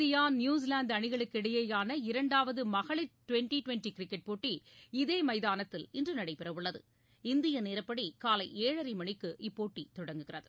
India New Zealand அணிகளுக்கிடையேயான இரண்டாவது மகளிர் டிவெண்டி டிவெண்டி கிரிக்கெட் போட்டி இதே மைதானத்தில் இன்று நடைபெறவுள்ளது இந்திய நேரப்படி காலை ஏழரை மணிக்கு இப்போட்டி தொடங்குகிறது